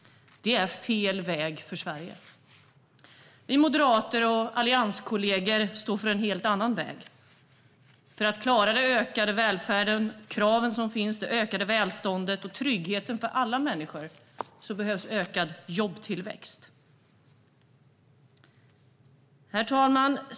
Det är fel väg för Sverige. Vi moderater och allianskollegor står för en helt annan väg. För att klara den ökade välfärden, kraven som finns och det ökade välståndet och tryggheten för alla människor behövs ökad jobbtillväxt. Herr talman!